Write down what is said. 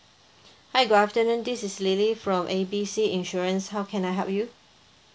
hi good afternoon this is lily from A B C insurance how can I help you